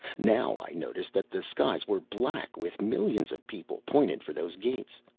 now i noticed that the skies were black with millions of people, pointed for those gates.